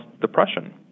depression